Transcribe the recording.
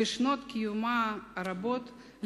בשנות קיומה הרבות,